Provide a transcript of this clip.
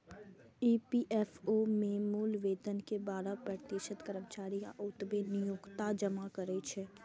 EPFO मे मूल वेतन के बारह प्रतिशत कर्मचारी आ ओतबे नियोक्ता जमा करै छै